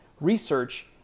research